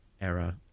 error